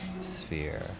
Sphere